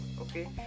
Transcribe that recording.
okay